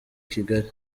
kigali